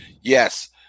yes